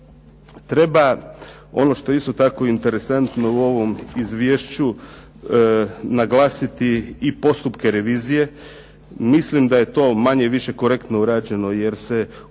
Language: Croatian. Treba, ono što je isto tako interesantno u ovom izvješću naglasiti postupke revizije. Mislim da je to manje-više korektno urađeno jer se u mediju